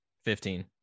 Fifteen